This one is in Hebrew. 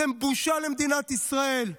אתם בושה למדינת ישראל.